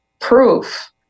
proof